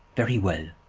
very well.